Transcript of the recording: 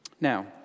Now